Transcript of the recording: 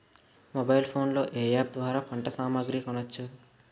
Mobile phone లో ఏ app ద్వారా పంట సామాగ్రి కొనచ్చు?